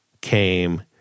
came